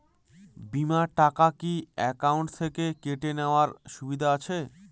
বিমার টাকা কি অ্যাকাউন্ট থেকে কেটে নেওয়ার সুবিধা আছে?